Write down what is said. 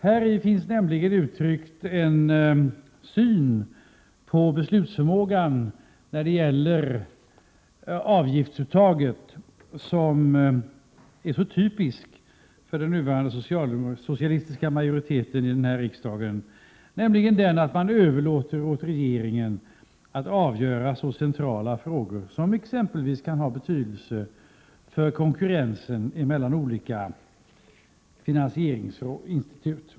Häri finns nämligen uttryckt en syn på beslutsförmågan när det gäller avgiftsuttaget som är så typisk för den nuvarande socialistiska majoriteten i denna riksdag, nämligen den att man överlåter åt regeringen att avgöra så centrala frågor som exempelvis kan ha betydelse för konkurrensen mellan olika finansieringsinstitut.